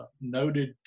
noted